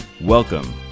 Welcome